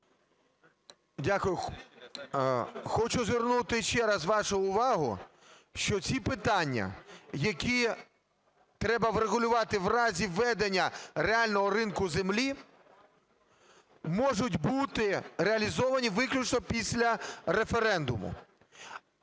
Дякую. Хочу звернути ще раз вашу увагу, що ці питання, які треба врегулювати в разі введення реального ринку землі, можуть бути реалізовані виключно після референдуму.